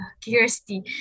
curiosity